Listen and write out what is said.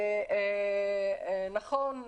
ונכון,